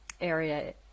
Area